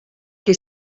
che